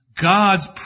God's